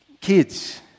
Kids